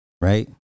right